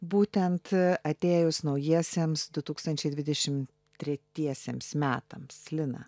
būtent atėjus naujiesiems du tūkstančiai dvidešim tretiesiems metams lina